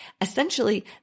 Essentially